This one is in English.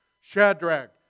Shadrach